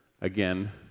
Again